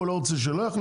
הוא לא רוצה, שלא יחליף.